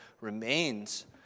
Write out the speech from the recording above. remains